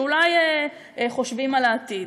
שאולי חושבים על העתיד.